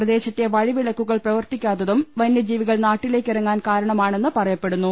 പ്രദേശത്തെ വഴിവിളക്കുകൾ പ്രവർത്തിക്കാത്തും വന്യജീവികൾ നാട്ടിലേക്കിറങ്ങാൻ കാരണമാണെന്ന് പറയപ്പെടുന്നു